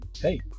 Hey